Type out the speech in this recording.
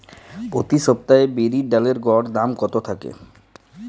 প্রতি সপ্তাহে বিরির ডালের গড় দাম কত থাকে?